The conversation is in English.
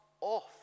off